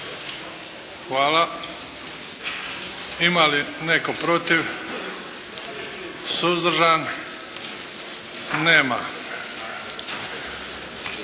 lijepa. Ima li netko protiv? Suzdržan? Nema.